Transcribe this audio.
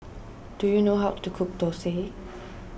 do you know how to cook Thosai